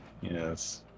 yes